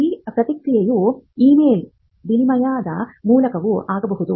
ಈ ಪ್ರಕ್ರಿಯೆಯು ಇಮೇಲ್ ವಿನಿಮಯದ ಮೂಲಕವೂ ಆಗಬಹುದು